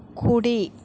కుడి